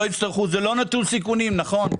זה לא נטול סיכונים, נכון.